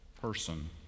person